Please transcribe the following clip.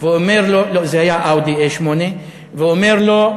ואומר לו, לא, זה היה "אאודי 8" ואומר לו: